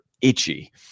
itchy